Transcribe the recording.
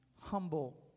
humble